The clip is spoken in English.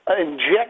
inject